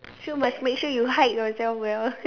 so must make sure you hide yourself well